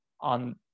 on